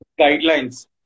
guidelines